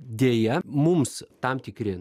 deja mums tam tikri